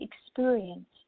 experience